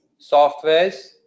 softwares